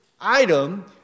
item